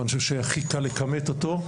אני חושב שהכי קל לכמת אותו,